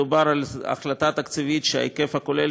מדובר בהחלטה תקציבית שההיקף הכולל